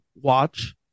watch